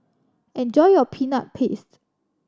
enjoy your Peanut Paste